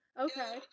Okay